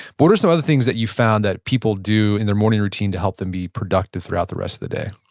what are some other things that you found that people do in their morning routine to help them be productive throughout the rest of the day?